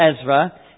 Ezra